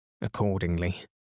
Accordingly